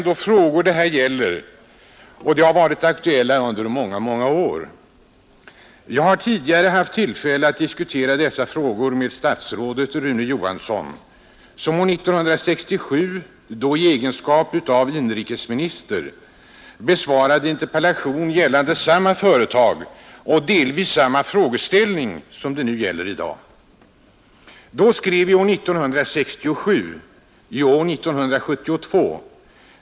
De frågor det här gäller har ändå varit aktuella under många år. Jag har tidigare haft tillfälle att diskutera dessa frågor med statsrådet Rune Johansson som 1967, då i egenskap av inrikesminister, besvarade en interpellation gällande samma företag och delvis samma frågeställning som den som gäller i dag. Då skrev vi 1967 — nu 1972.